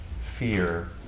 fear